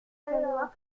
falloir